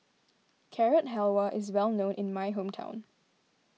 Carrot Halwa is well known in my hometown